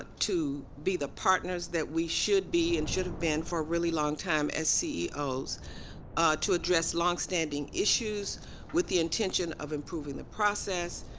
ah to be the partners that we should be and should have been for a really long time as ceos to address long standing issues with the intention of improving the process,